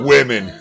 Women